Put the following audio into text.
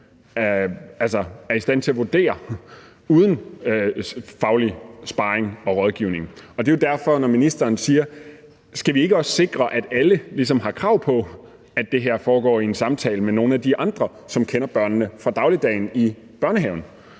er i stand til at vurdere det uden faglig sparring og rådgivning. Og det er jo derfor, ministeren spørger, om man ikke også skal sikre, at alle har krav på, at det her foregår i en samtale med nogle af de andre, som kender børnene fra dagligdagen i børnehaven,